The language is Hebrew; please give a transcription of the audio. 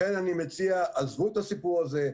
לכן, אני מציע: עזבו את הסיפור הזה.